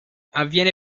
avviene